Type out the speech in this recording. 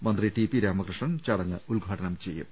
മന്ത്രി T P Ramakrishnan ചടങ്ങ് ഉദ്ഘാടനം ചെയ്യും